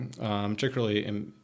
particularly